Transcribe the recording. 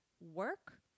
work